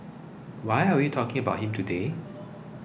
why are we talking about him today